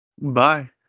Bye